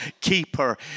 keeper